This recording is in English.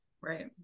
right